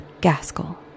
Gaskell